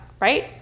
right